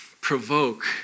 provoke